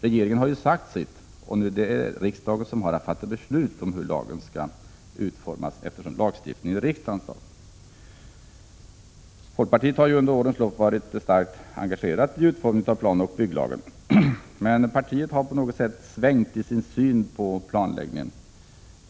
Regeringen har ju sagt sitt, och nu är det riksdagen som skall fatta beslut om hur lagen skall utformas. Lagstiftningen är riksdagens sak. Folkpartiet har under årens lopp varit starkt engagerat i utformningen av planoch bygglagen. Men partiet har svängt i sin syn på planläggningen.